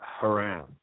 haram